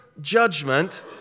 judgment